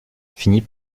finit